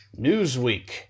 Newsweek